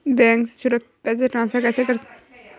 Bank से सुरक्षित पैसे ट्रांसफर कैसे करें?